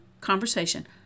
conversation